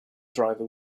driver